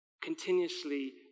continuously